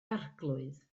arglwydd